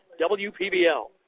WPBL